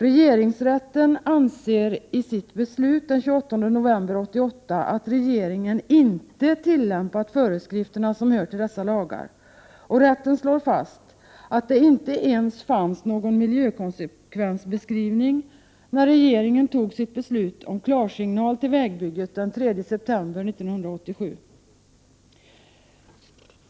Regeringsrätten skriver i sitt beslut den 28 november 1988 att regeringen inte har tillämpat de föreskrifter som hör till dessa lagar. Rätten slår fast att det inte ens fanns någon miljökonsekvensbeskrivning när regeringen den 3 september 1987 fattade sitt beslut om klarsignal till vägbygget.